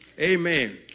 Amen